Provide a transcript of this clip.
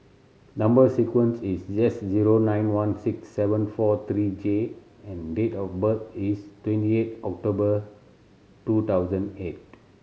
number sequence is S zero nine one six seven four three J and date of birth is twenty eight October two thousand eight